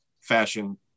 fashion